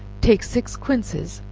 take six quinces,